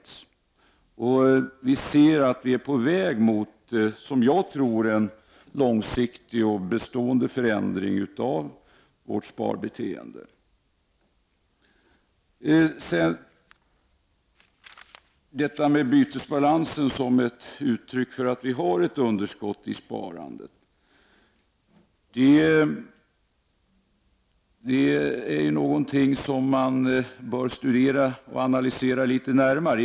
Jag tror att vi är på väg mot en långsiktig och bestående förändring av vårt sparbeteende. Sedan detta med bytesbalansen som ett uttryck för att vi har ett underskott i sparandet. Det är någonting som bör studeras och analyseras litet närmare.